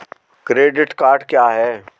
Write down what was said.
Credit card क्या है?